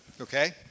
okay